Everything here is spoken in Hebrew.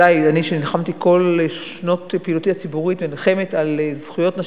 שנלחמתי ונלחמת כל שנות פעילותי הציבורית על זכויות נשים,